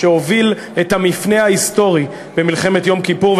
שהוביל את המפנה ההיסטורי במלחמת יום כיפור.